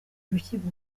urukiko